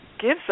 gives